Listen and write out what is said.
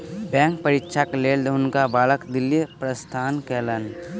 bank परीक्षाक लेल हुनका बालक दिल्ली प्रस्थान कयलैन